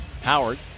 Howard